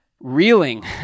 reeling